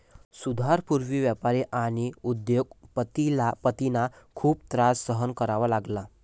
सुधारणांपूर्वी व्यापारी आणि उद्योग पतींना खूप त्रास सहन करावा लागला